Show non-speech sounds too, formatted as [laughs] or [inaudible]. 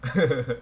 [laughs]